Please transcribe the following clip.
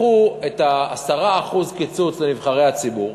לקחו את ה-10% קיצוץ לנבחרי הציבור,